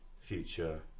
future